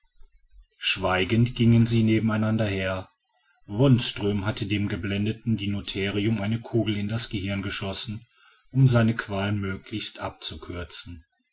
schweigend gingen sie nebeneinander her wonström hatte dem geblendeten dinotherium eine kugel in das gehirn geschossen um seine qual möglichst abzukürzen